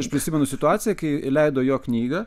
aš prisimenu situaciją kai leido jo knygą